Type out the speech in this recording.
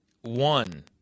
one